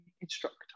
instructor